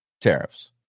tariffs